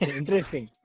interesting